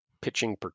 pitching